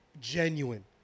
genuine